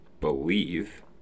believe